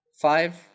five